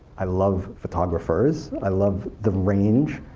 i love photographers, i love the range.